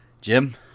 Jim